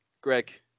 Greg